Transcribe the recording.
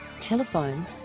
Telephone